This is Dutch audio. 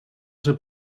zijn